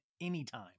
anytime